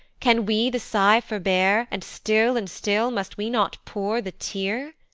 can we the sigh forbear, and still and still must we not pour the tear?